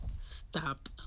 Stop